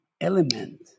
element